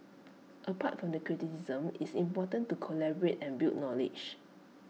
apart from the criticism IT is important to collaborate and build knowledge